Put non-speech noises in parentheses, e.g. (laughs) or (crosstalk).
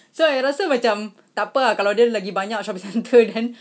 (noise) so ayah rasa macam tak apa ah kalau dia lagi banyak shopping centre (laughs) then